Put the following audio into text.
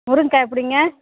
முருங்கக்காய் எப்படிங்க